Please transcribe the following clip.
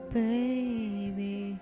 baby